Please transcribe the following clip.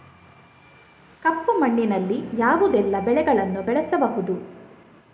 ಕಪ್ಪು ಮಣ್ಣಿನಲ್ಲಿ ಯಾವುದೆಲ್ಲ ಬೆಳೆಗಳನ್ನು ಬೆಳೆಸಬಹುದು?